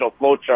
flowchart